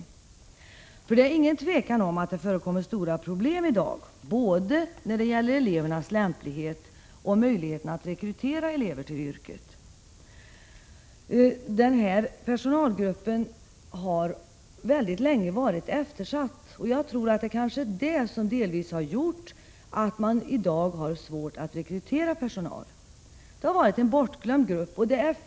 Problemen är utan tvivel stora både när det gäller elevernas lämplighet och när det gäller möjligheten att rekrytera elever till yrket. Denna personalgrupp har mycket länge varit eftersatt, och jag tror att det delvis är det som har gjort att man i dag har svårt att rekrytera personal. Denna personal har varit en bortglömd grupp.